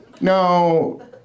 No